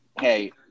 hey